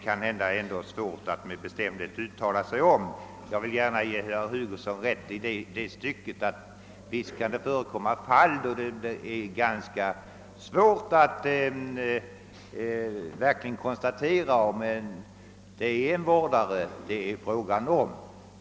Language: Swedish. Jag ger gärna herr Hugosson rätt i att det kan förekomma fall då det är ganska svårt att avgöra huruvida det är fråga om en vårdare.